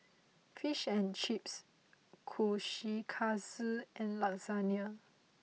Fish and Chips Kushikatsu and Lasagne